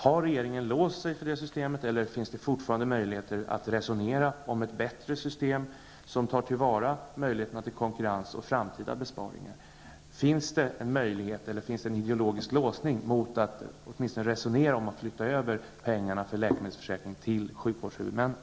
Har regeringen låst sig för det systemet, eller finns det fortfarande möjligheter att resonera om ett bättre system, som tar till vara möjligheterna till konkurrens och framtida besparingar? Finns det en möjlighet, eller finns det en ideologisk låsning mot att åtminstone resonera om att flytta över pengarna för läkemedelsförsäkringen till sjukvårdshuvudmännen?